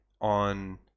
on